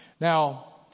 Now